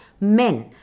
men